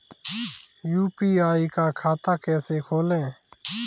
UPI का खाता कैसे खोलें?